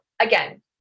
Again